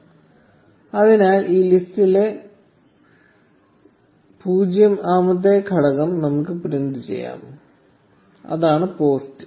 1423 അതിനാൽ ഈ ലിസ്റ്റിലെ 0 ാമത്തെ ഘടകം നമുക്ക് പ്രിന്റ് ചെയ്യാം അതാണ് പോസ്റ്റ്